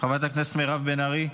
חברת הכנסת מירב בן ארי?